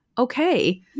okay